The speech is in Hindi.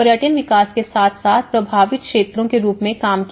पर्यटन विकास के साथ साथ प्रभावित क्षेत्रों के रूप में काम किया